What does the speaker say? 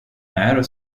nero